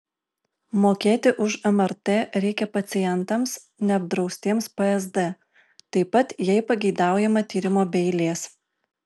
mokėti už mrt reikia pacientams neapdraustiems psd taip pat jei pageidaujama tyrimo be eilės